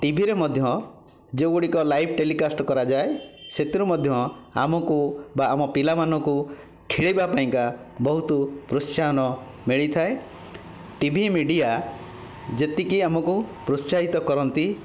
ଟିଭିରେ ମଧ୍ୟ ଯେଉଁ ଗୁଡ଼ିକ ଲାଇଭ୍ ଟେଲିକାଷ୍ଟ କରାଯାଏ ସେଥିରୁ ମଧ୍ୟ ଆମକୁ ବା ଆମ ପିଲାମାନଙ୍କୁ ଖେଳିବା ପାଇଁକା ବହୁତ ପ୍ରୋତ୍ସାହନ ମିଳିଥାଏ ଟିଭି ମିଡ଼ିଆ ଯେତିକି ଆମକୁ ପ୍ରୋତ୍ସାହିତ କରନ୍ତି